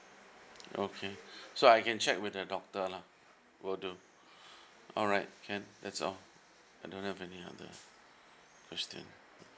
okay so I can check with the doctor lah will do alright can that's all I don't have any other question